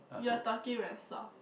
you are talking very soft